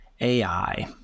AI